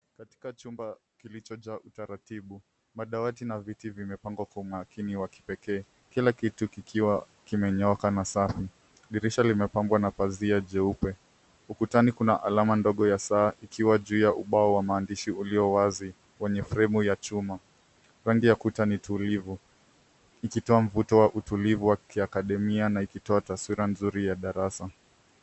Katika chumba kilichojaa utaratibu, madawati na viti vimepangwa kwa umakini wa kipekee. Kila kitu kikiwa kimenyooka na safi. Dirisha limepangwa na pazia jeupe. Ukutani kuna alama ndogo ya saa ikiwa juu ya ubao wa maandishi ulio wazi wenye fremu ya chuma. Rangi ya ukuta ni tulivu ikitoa mvuto wa utulivu wa kiakademia na ikitoa taswira nzuri ya darasa.